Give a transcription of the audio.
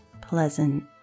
pleasant